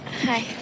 Hi